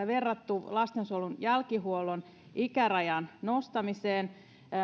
verrattu lastensuojelun jälkihuollon ikärajan nostamiseen